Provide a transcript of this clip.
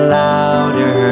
louder